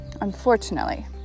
unfortunately